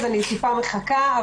אז אני טיפה מחכה.